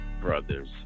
brothers